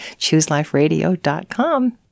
ChooseLifeRadio.com